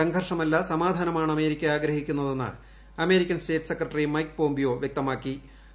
സംഘർഷമല്ല സമാധാനമാണ് അമേരിക്ക ആഗ്രഹിക്കുന്നതെന്ന് American state secretary Mike Pompeo വ്യക്തമാക്കി